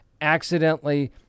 accidentally